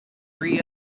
free